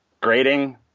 grading